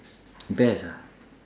best ah